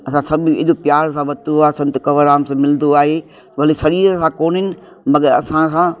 असां सभु हेॾो प्यार सां वरितो आहे संत कंवर राम सां मिलंदो आहे भले सरीर सां कोन्हनि मगरि असां सां